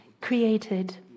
created